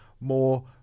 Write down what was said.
more